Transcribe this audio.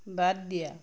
বাদ দিয়া